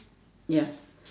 ya